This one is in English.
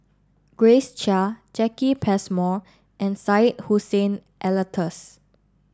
Grace Chia Jacki Passmore and Syed Hussein Alatas